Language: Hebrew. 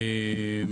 אמרה.